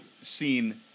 seen